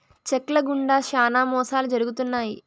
check ల గుండా శ్యానా మోసాలు జరుగుతున్నాయి